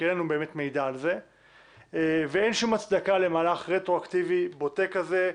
כי אין לנו באמת מידע על זה ואין שום הצדקה למהלך רטרואקטיבי בוטה כזה,